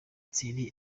thierry